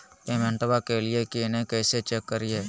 पेमेंटबा कलिए की नय, कैसे चेक करिए?